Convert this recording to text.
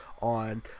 on